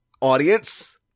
Audience